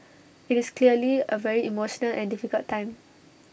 IT is clearly A very emotional and difficult time